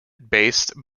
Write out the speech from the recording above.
based